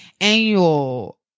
annual